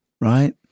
right